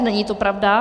Není to pravda.